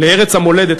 לארץ המולדת,